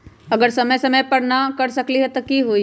अगर समय समय पर न कर सकील त कि हुई?